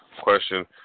question